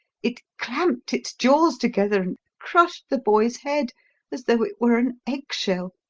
it clamped its jaws together and crushed the boy's head as though it were an egg-shell!